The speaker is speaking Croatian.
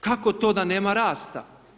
Kako to da nema rasta?